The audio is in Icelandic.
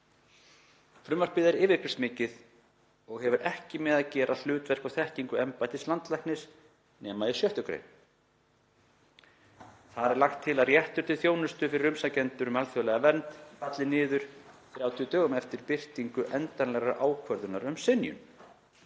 Frumvarpið er yfirgripsmikið og hefur ekki með að gera hlutverk og þekkingu embættis landlæknis nema í 6. gr. Þar er lagt til að réttur til þjónustu fyrir umsækjendur um alþjóðlega vernd falli niður 30 dögum eftir birtingu endanlegrar ákvörðunar um synjun.